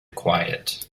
quiet